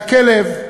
והכלב,